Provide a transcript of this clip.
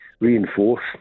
reinforce